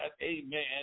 amen